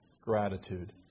gratitude